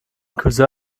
cousin